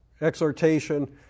exhortation